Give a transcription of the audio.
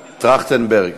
טרכטנברג,